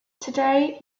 today